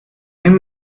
nimm